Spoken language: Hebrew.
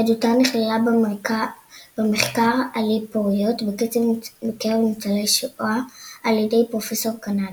עדותה נכללה במחקר על אי פוריות בקרב ניצולי שואה על ידי פרופסור קנדי.